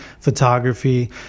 photography